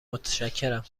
متشکرم